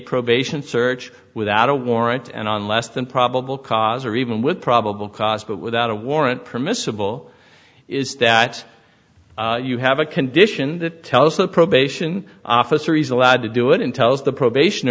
probation search without a warrant and on less than probable cause or even with probable cause but without a warrant permissible is that you have a condition that tells the probation officer he's allowed to do it and tells the probation